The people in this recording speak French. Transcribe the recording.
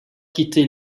quitté